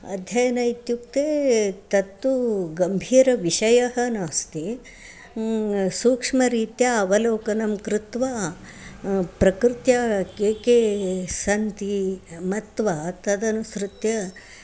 अध्ययनम् इत्युक्ते तत्तु गम्भीरविषयः नास्ति सूक्ष्मरीत्या अवलोकनं कृत्वा प्रकृत्या के के सन्ति मत्वा तदनुसृत्य